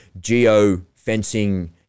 geo-fencing